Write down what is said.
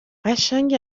قشنگ